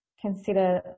consider